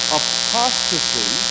apostasy